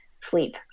sleep